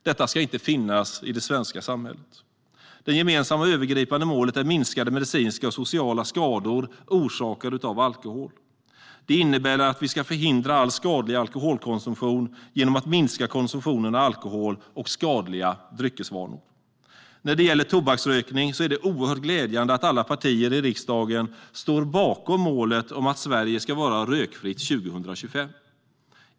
Det ska inte finnas i det svenska samhället. Det gemensamma övergripande målet är minskade medicinska och sociala skador orsakade av alkohol. Det innebär att vi ska förhindra all skadlig alkoholkonsumtion genom att minska konsumtionen av alkohol och skadliga dryckesvanor. När det gäller tobaksrökning är det oerhört glädjande att alla partier i riksdagen står bakom målet att Sverige ska vara rökfritt 2025.